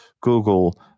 Google